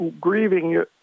grieving